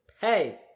pay